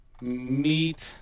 meet